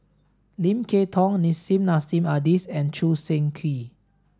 Lim Kay Tong Nissim Nassim Adis and Choo Seng Quee